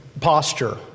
posture